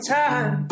time